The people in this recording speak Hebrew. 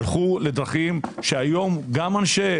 הלכו לדרכים שהיום גם אנשי